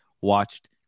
watched